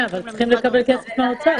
אבל הם צריכים לקבל כסף מהאוצר.